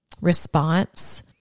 response